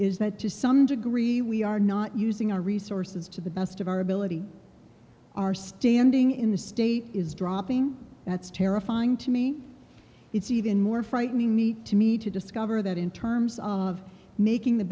is that to some degree we are not using our resources to the best of our ability our standing in the state is dropping that's terrifying to me it's even more frightening me to me to discover that in terms of making the